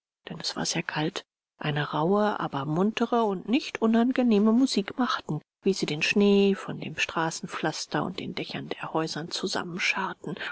denn es war sehr kalt eine rauhe aber muntere und nicht unangenehme musik machten wie sie den schnee von dem straßenpflaster und den dächern der häuser